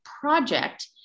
project